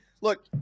Look